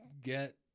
get